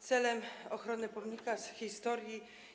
Celem ochrony pomnika historii.